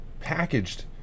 packaged